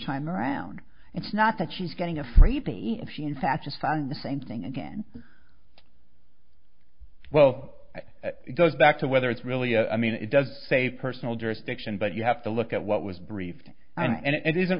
time around it's not that she's getting a freebie if she in fact just found the same thing again well it goes back to whether it's really i mean it does say personal jurisdiction but you have to look at what was brief and it isn't